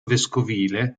vescovile